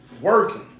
Working